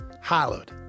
Hallowed